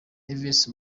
alves